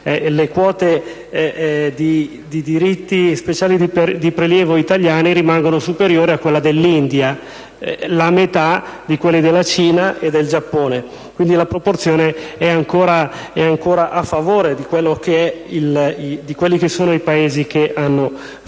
le quote di diritti speciali di prelievo italiane rimangono superiori a quelle dell'India, la metà di quelle della Cina e del Giappone. La proporzione è ancora a favore di quelli che sono i Paesi che hanno fondato